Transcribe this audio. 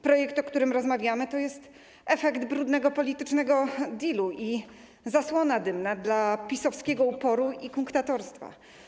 Projekt, o którym rozmawiamy, jest efektem brudnego politycznego dealu i zasłoną dymną dla PiS-owskiego uporu i kunktatorstwa.